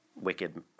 wicked